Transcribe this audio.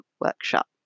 workshop